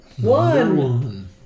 One